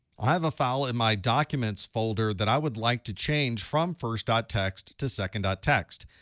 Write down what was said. i have a file in my documents folder that i would like to change from first ah txt to second ah txt.